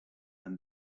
and